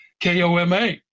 KOMA